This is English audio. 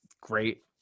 great